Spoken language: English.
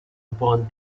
upon